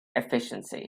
efficiency